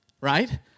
Right